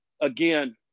again